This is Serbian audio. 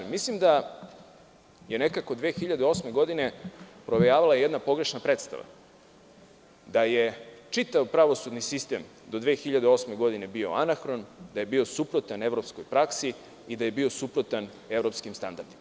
Mislim da je nekako 2008. godine provejavala jedna pogrešna predstava, da je čitav pravosudni sistem do 2008. godine bio anahron, da je bio suprotan evropskoj praksi i da je bio suprotan evropskim standardima.